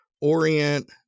orient